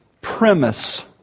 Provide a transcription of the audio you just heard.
premise